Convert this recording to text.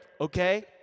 okay